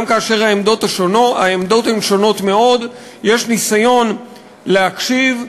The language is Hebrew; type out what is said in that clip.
כאשר העמדות הן שונות מאוד יש ניסיון להקשיב,